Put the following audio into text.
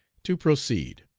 to proceed